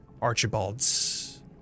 Archibald's